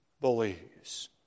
believes